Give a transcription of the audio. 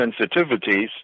sensitivities